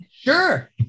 Sure